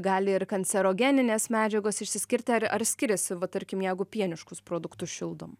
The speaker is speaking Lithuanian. gali ir kancerogeninės medžiagos išsiskirti ar ar skiriasi va tarkim jeigu pieniškus produktus šildom